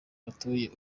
batuye